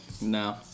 No